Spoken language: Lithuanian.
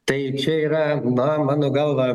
tai čia yra na mano galva